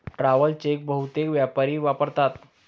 travel cheque बहुतेक व्यापारी वापरतात